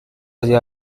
allá